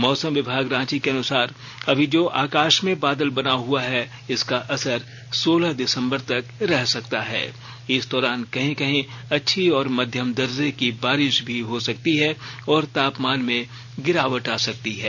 मौसम विभाग रांची के अनुसार अभी जो आकाश में बादल बना हुआ है इसका असर सोलह दिसंबर तक रह सकता है इस दौरान कहीं कहीं अच्छी और मध्यम दर्जे की बारिश भी हो सकती है और तापमान में गिरावट आ सकती है